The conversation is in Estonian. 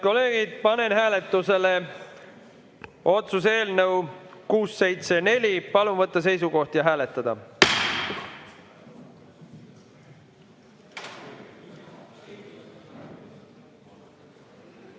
kolleegid, panen hääletusele otsuse eelnõu 674. Palun võtta seisukoht ja hääletada!